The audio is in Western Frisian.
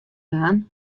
baan